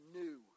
new